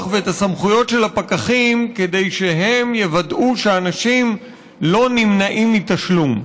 ואת הסמכויות של הפקחים כדי שהם יוודאו שאנשים לא נמנעים מתשלום.